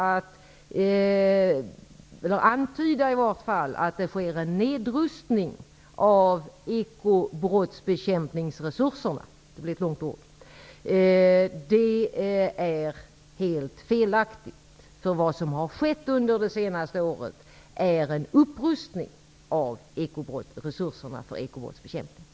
Att antyda att det sker en nedrustning av ekobrottsbekämpningsresurserna -- det blev ett långt ord -- är helt fel. Vad som har skett det senaste året är en upprustning av resurserna för bekämpningen av ekobrott.